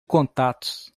contatos